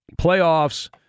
Playoffs